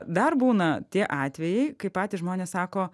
dar būna tie atvejai kai patys žmonės sako